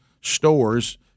stores